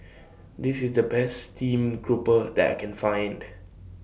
This IS The Best Stream Grouper that I Can Find